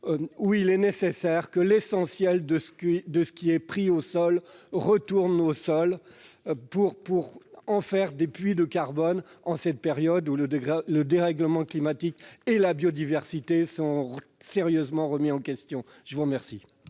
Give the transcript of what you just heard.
Il est nécessaire que l'essentiel de ce qui est pris aux sols y retourne, pour constituer des puits de carbone, en cette période où le dérèglement climatique et la biodiversité sont sérieusement remis en question. Quel